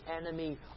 enemy